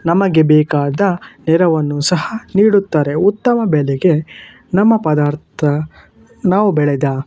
ನಮಗೆ ಬೇಕಾದ ನೆರವನ್ನು ಸಹ ನೀಡುತ್ತಾರೆ ಉತ್ತಮ ಬೆಲೆಗೆ ನಮ್ಮ ಪದಾರ್ಥ ನಾವು ಬೆಳೆದ